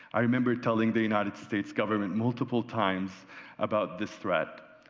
i remember telling the united states government multiple times about this threat,